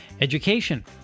education